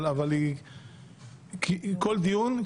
אבל היא כל דיון,